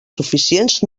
suficients